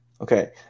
Okay